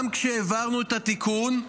גם כאשר העברנו את התיקון,